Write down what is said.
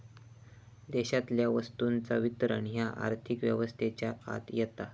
देशातल्या वस्तूंचा वितरण ह्या आर्थिक व्यवस्थेच्या आत येता